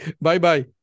Bye-bye